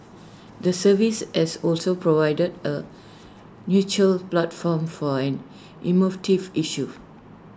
the service has also provided A neutral platform for an emotive issue